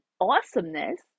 awesomeness